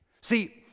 See